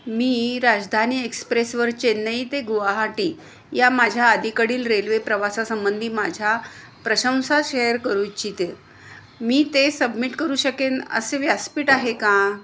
मी राजधानी एक्सप्रेसवर चेन्नई ते गुवाहाटी या माझ्या अलीकडील रेल्वे प्रवासासंबंधी माझ्या प्रशंसा शेअर करू इच्छिते मी ते सबमिट करू शकेन असे व्यासपीठ आहे का